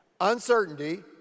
uncertainty